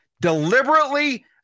deliberately